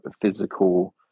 physical